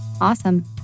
awesome